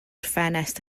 ffenest